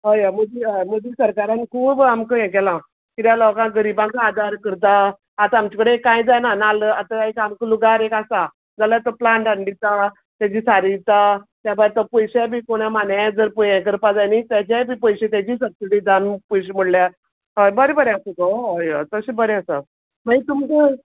हय अ मोदी हय मोदी सरकारान खूब आमक हें केलां किद्या लोकाक गरिबांक आदार करता आतां आमचे कडेन कांय जायना नाल्ल आतां एक आमक लुगार एक आसा जाल्या तो प्लांट हाण डिता तेजीं सारीं इता त्या भायर तो पयशेय बी कोणा मानाया जर प यें करपा जाय न्ही तेजेय बी पयशे तेजे सग्ल दिता पयशे पळ्ळ्या हय बरें बरें आस गो ऑय अ तशें बरें आसा माई तुमक